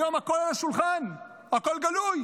היום הכול על השולחן, הכול גלוי